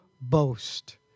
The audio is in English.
boast